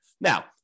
Now